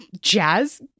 jazz